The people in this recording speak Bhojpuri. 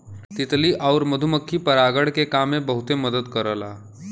तितली आउर मधुमक्खी परागण के काम में बहुते मदद करला